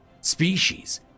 species